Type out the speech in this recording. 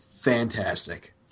fantastic